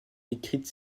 décrites